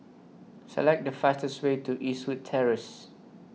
Select The fastest Way to Eastwood Terrace